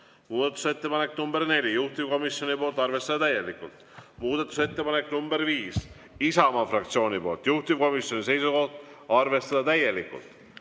Muudatusettepanek nr 4, juhtivkomisjonilt, arvestada täielikult. Muudatusettepanek nr 5, Isamaa fraktsioonilt, juhtivkomisjoni seisukoht: arvestada täielikult.